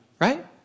right